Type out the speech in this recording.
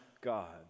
God